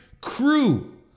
crew